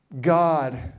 God